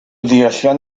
dirección